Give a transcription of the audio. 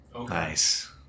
Nice